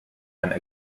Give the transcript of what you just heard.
and